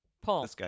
Paul